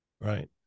Right